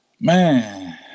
Man